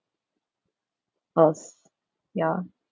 us ya